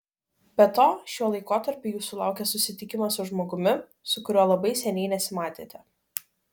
be to šiuo laikotarpiu jūsų laukia susitikimas su žmogumi su kuriuo labai seniai nesimatėte